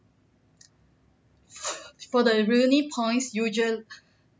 for the points usual